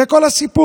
זה כל הסיפור.